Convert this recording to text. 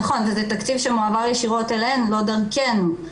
נכון, וזה תקציב שמועבר ישירות אליהם, לא דרכנו.